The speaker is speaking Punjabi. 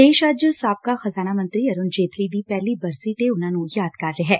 ਦੇਸ਼ ਅੱਜ ਸਾਬਕਾ ਖ਼ਜਾਨਾ ਮੰਤਰੀ ਅਰੁਣ ਜੇਤਲੀ ਦੀ ਪਹਿਲੀ ਬਰਸੀ ਤੇ ਉਨ੍ਹਾ ਨ੍ੂੰ ਯਾਦ ਕਰ ਰਿਹੈ